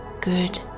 good